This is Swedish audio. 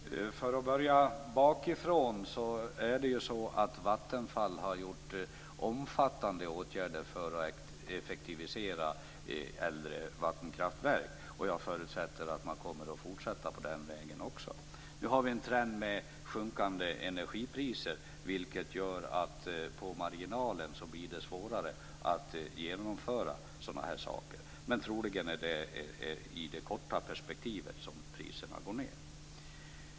Fru talman! För att börja bakifrån kan jag säga att Vattenfall har vidtagit omfattande åtgärder för att effektivisera äldre vattenkraftverk. Jag förutsätter att man också kommer att fortsätta på den vägen. Nu har vi en trend med sjunkande energipriser, vilket gör att det blir svårare att genomföra sådana saker på marginalen. Troligen är det i det korta perspektivet som priserna går ned.